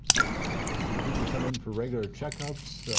but do people come in for regular checkups?